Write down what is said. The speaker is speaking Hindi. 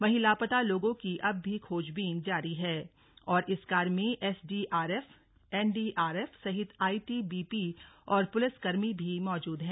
वहीं लापता लोगों की अब भी खोज बीन जारी है और इस कार्य में एसडीआरएफ एनडीआरएफ सहित आईटीबीपी और पुलिस कर्मी भी मौजूद हैं